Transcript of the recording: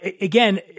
again